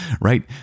right